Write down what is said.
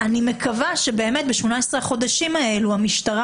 אני מקווה שבאמת ב-18 החודשים האלה המשטרה